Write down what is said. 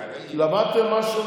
תגידו לי, למדתם משהו